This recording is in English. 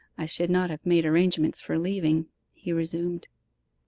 i should not have made arrangements for leaving he resumed.